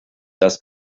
das